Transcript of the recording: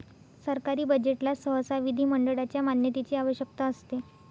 सरकारी बजेटला सहसा विधिमंडळाच्या मान्यतेची आवश्यकता असते